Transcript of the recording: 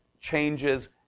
changes